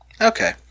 Okay